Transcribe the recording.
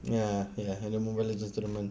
ya ya helen pun register this tournament